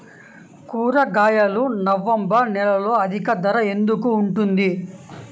కూరగాయలు నవంబర్ నెలలో అధిక ధర ఎందుకు ఉంటుంది?